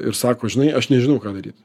ir sako žinai aš nežinau ką daryt